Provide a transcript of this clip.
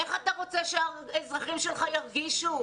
איך אתה רוצה שהאזרחים שלך ירגישו.